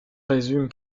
résume